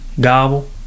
gobble